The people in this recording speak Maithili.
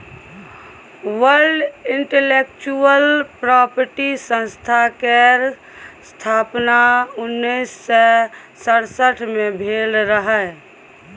वर्ल्ड इंटलेक्चुअल प्रापर्टी संस्था केर स्थापना उन्नैस सय सड़सठ मे भेल रहय